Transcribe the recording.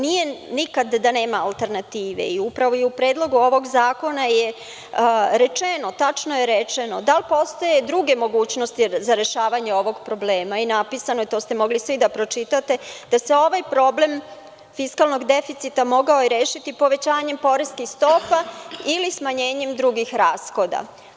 Nije nikad da nema alternative i upravo i u predlogu ovog zakona je rečeno, tačno je rečeno da postoje druge mogućnosti za rešavanje ovog problema i napisano je, to ste mogli svi da pročitate, da se ovaj problem fiskalnog deficita mogao rešiti povećanjem poreskih stopa ili smanjenjem drugih rashoda.